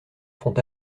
font